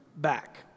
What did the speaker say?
back